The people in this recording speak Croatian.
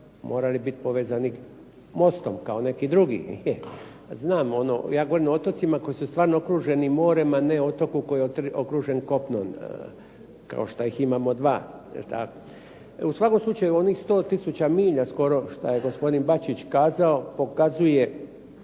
morali biti povezani mostom kao neki drugi. Znam ono, ja govorim o otocima koji su stvarno okruženi morem, a ne otoku koji je okružen kopnom, kao što ih imamo dva, jel tako. U svakom slučaju onih 100 tisuća milja skoro šta je gospodin Bačić kazao, pokazuje